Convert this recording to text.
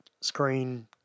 screen